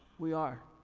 we are.